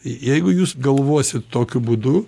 jeigu jūs galvosit tokiu būdu